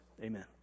Amen